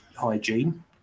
hygiene